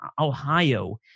Ohio